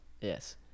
Yes